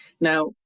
Now